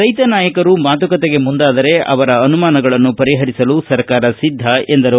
ರೈತ ನಾಯಕರು ಮಾತುಕತೆಗೆ ಮುಂದಾದರೆ ಅವರ ಅನುಮಾನಗಳನ್ನು ಪರಿಹರಿಸಲು ಸರ್ಕಾರ ಸಿದ್ದ ಎಂದರು